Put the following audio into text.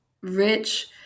rich